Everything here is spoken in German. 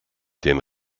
den